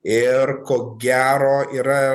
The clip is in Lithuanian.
ir ko gero yra